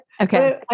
Okay